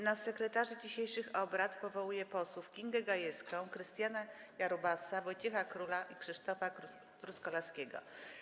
Na sekretarzy dzisiejszych obrad powołuję posłów Kingę Gajewską, Krystiana Jarubasa, Wojciecha Króla i Krzysztofa Truskolaskiego.